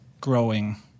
growing